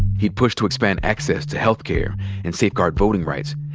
he'd push to expand access to health care and safeguard voting rights.